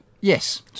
Yes